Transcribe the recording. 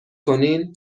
کنین